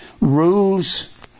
rules